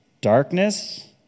Darkness